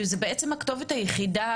שהיא בעצם הכתובת היחידה,